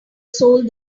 sold